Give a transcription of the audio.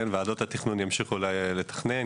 ועדות התכנון ימשיכו לתכנן,